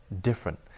Different